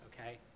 okay